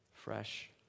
Fresh